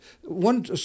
one